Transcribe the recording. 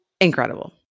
incredible